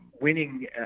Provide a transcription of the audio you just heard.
winning